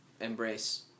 embrace